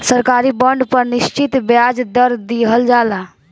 सरकारी बॉन्ड पर निश्चित ब्याज दर दीहल जाला